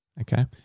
okay